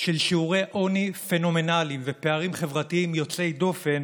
של שיעורי עוני פנומנליים ופערים חברתיים יוצאי דופן